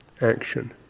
action